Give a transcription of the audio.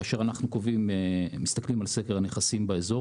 כאשר אנחנו מסתכלים על סקר הנכסים באזור,